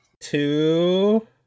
Two